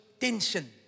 tension